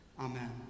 Amen